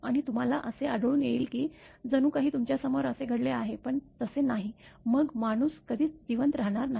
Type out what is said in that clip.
आणि तुम्हाला असे आढळून येईल की जणू काही तुमच्यासमोर असे घडले आहे पण तसे नाही मग माणूस कधीच जिवंत राहणार नाही